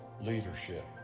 leadership